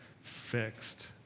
fixed